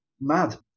Mad